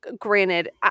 Granted